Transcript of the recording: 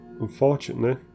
unfortunately